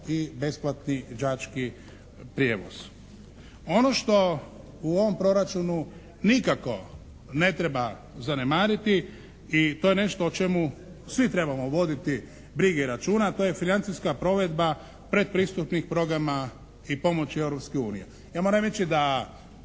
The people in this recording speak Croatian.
i besplatni đački prijevoz. Ono što u ovom proračunu nikako ne treba zanemariti i to je nešto o čemu svi trebamo voditi brige i računa, to je financijska provedba predpristupnih programa i pomoći Europske unije. Ja moram reći da